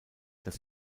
das